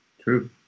True